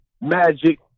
Magic